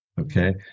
Okay